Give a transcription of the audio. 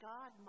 God